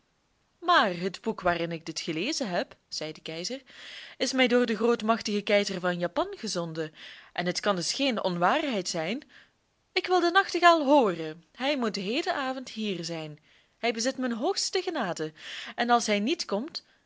maar het boek waarin ik dit gelezen heb zei de keizer is mij door den grootmachtigen keizer van japan gezonden en het kan dus geen onwaarheid zijn ik wil den nachtegaal hooren hij moet heden avond hier zijn hij bezit mijn hoogste genade en als hij niet komt